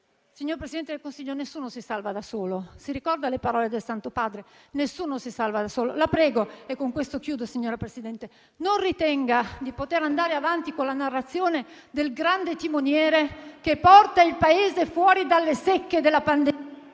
Signor Presidente del Consiglio, nessuno si salva da solo. Si ricorda le parole del Santo Padre? Nessuno si salva da solo. La prego, non ritenga di poter andare avanti con la narrazione del grande timoniere che porta il Paese fuori dalle secche della pandemia